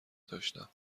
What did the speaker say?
داشتم